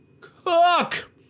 cook